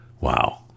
wow